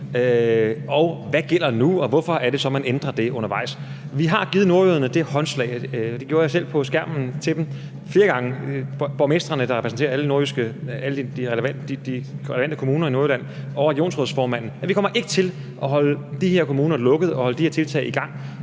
og hvad der gælder nu, og hvorfor det så er, at man ændrer det undervejs. Vi har – og det gjorde jeg selv på skærmen flere gange – givet nordjyderne, borgmestrene, der repræsenterer alle de relevante kommuner i Nordjylland, og regionsrådsformanden håndslag på, at vi ikke kommer til at holde de her kommuner lukket og holde de her tiltag i gang